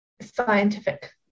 scientific